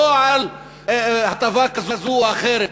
לא על הטבה כזו או אחרת.